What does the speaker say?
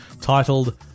titled